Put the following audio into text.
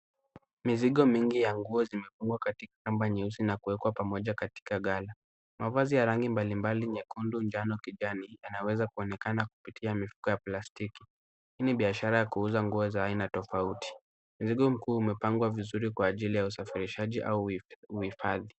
Mizigo mingi ya nguo zimefungwa katika kamba nyeusi na kuwekwa katika gala. Mavazi ya rangi mbalimbali nyekundu, njano kijani, yanaweza kuonekana kupitia mifuko ya plastiki. Hii ni biashara ya kuuza nguo za aina tofauti. Mzigo mkuu imepangwa vizuri kwa ajili ya usafiri au uhifadhi.